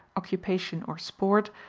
occupation or sport,